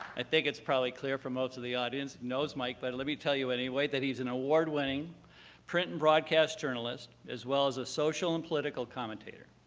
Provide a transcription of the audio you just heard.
i think it's probably clear for most of the audience who knows mike, but let me tell you anyway that he's an award-winning print and broadcast journalist, as well as a social and political commentator,